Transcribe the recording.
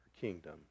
kingdom